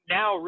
now